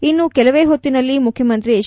ಇನ್ನು ಕೆಲವೇ ಹೊತ್ತಿನಲ್ಲಿ ಮುಖ್ಯಮಂತಿ ಎಚ್